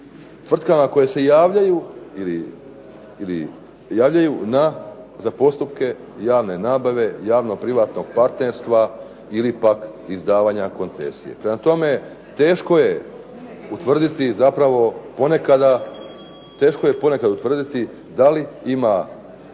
tvrtkama koje se javljaju ili javljaju za postupke javne nabave, javno privatnog partnerstva ili pak izdavanja koncesije. Prema tome, teško je ponekad utvrditi da li ima,